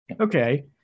Okay